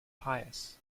pious